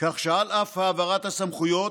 כך שעל אף העברת הסמכויות,